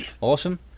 awesome